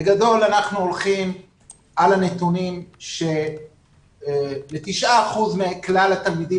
בגדול אנחנו הולכים על הנתונים לפיהם לתשעה אחוזים מכלל התלמידים